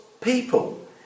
people